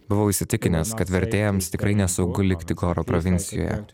buvau įsitikinęs kad vertėjams tikrai nesaugu likti goro provincijoje